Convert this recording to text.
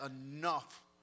enough